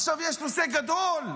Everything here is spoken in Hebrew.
עכשיו יש נושא גדול,